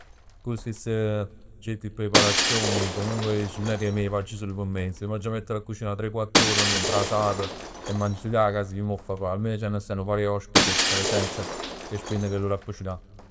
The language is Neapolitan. Cu stess, certe preparazioni comunque dici nun è che me facc sul p' me. Si m'aggia mettere a cucinà tre quatt ore nu brasat e magn sul ij 'a cas, dico chi m' 'o fa fa. Almeno c'anna sta nu poco 'e ospiti che tene senso a cucinà.